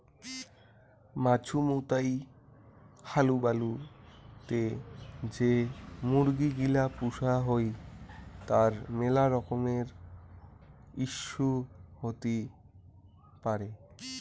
মাছুমৌতাই হালুবালু তে যে মুরগি গিলা পুষা হই তার মেলা রকমের ইস্যু হতি পারে